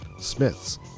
Smiths